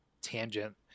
tangent